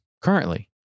currently